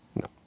No